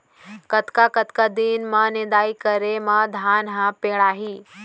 कतका कतका दिन म निदाई करे म धान ह पेड़ाही?